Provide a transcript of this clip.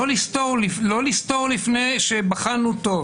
לא לסתור לפני שבחנו טוב.